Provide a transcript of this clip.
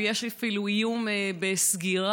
ויש אפילו איום בסגירה,